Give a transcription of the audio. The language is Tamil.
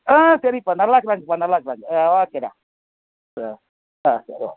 ஆ சரிப்பா நல்லாயிருக்கிறாங்கப்பா நல்லாயிருக்கிறாங்க ஓக்கேடா ஆ ஆ சரி